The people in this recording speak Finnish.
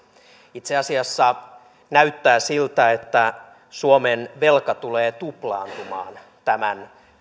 itse asiassa näyttää siltä että suomen velka tulee tuplaantumaan tämän